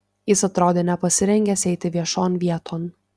jis atrodė nepasirengęs eiti viešon vieton